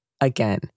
Again